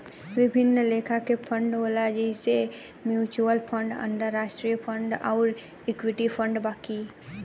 विभिन्न लेखा के फंड होला जइसे म्यूच्यूअल फंड, अंतरास्ट्रीय फंड अउर इक्विटी फंड बाकी